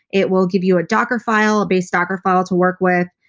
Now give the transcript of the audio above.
it will give you a docker file, a base docker file to work with.